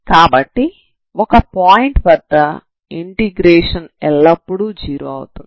కాబట్టి ఒక పాయింట్ వద్ద ఇంటిగ్రేషన్ ఎల్లప్పుడూ 0 అవుతుంది